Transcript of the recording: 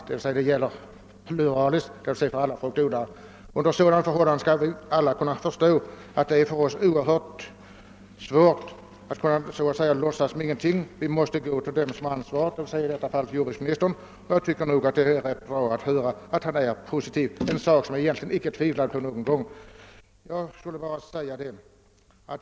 Det är under sådana förhållanden svårt att låtsas som om ingenting händer. Vi måste vända oss till dem som har ansvarct, i detta fall till jordbruksministern, och jag tycker att det är glädjande att höra att han har en positiv inställning, vilket jag egentligen inte någon gång tvivlat på.